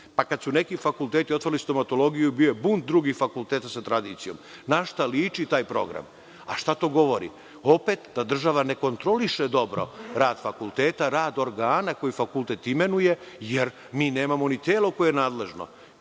su neki fakulteti otvorili stomatologiju, bio je bunt drugih fakulteta sa tradicijom – na šta liči taj program. Šta to govori? Opet da država ne kontroliše dobro rad fakulteta, rad organa koje fakultet imenuje, jer mi nemamo ni telo koje je nadležno.